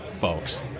folks